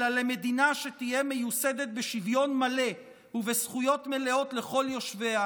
אלא למדינה שתהיה מיוסדת בשוויון מלא ובזכויות מלאות לכל יושביה,